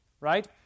right